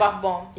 in the bath bombs